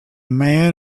man